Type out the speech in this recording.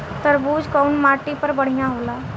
तरबूज कउन माटी पर बढ़ीया होला?